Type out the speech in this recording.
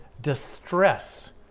distress